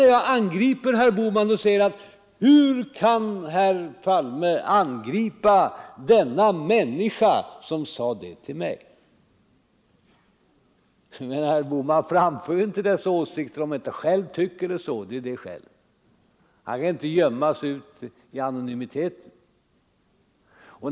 När jag sedan angriper herr Bohman säger han: Hur kan herr Palme angripa denna människa som sade detta till mig? Men herr Bohman skulle ju inte framföra dessa åsikter, om han inte själv delade dem. Han kan inte gömma sig i anonymiteten.